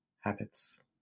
habits